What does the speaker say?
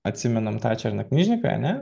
atsimename tą černaknyžniką ar ne